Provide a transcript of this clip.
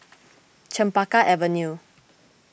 Chempaka Avenue